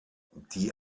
die